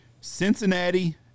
Cincinnati